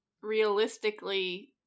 realistically